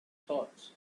thoughts